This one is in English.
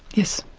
yes.